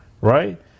right